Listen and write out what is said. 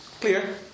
Clear